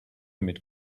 mit